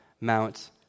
Mount